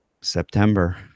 September